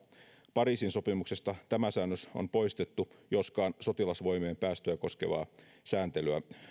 pariisin sopimuksesta tämä säännös on poistettu joskaan sotilasvoimien päästöjä koskevaa sääntelyä